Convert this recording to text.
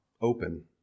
open